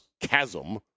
chasm